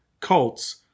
cults